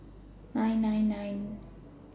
nine nine nine